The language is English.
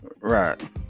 Right